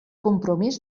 compromís